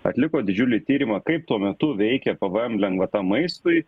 atliko didžiulį tyrimą kaip tuo metu veikė pvm lengvata maistui